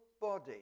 body